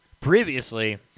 previously